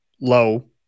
low